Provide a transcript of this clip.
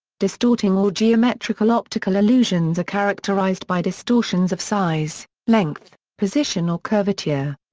distorting or geometrical-optical illusions are characterized by distortions of size, length, position or curvature.